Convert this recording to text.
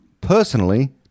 personally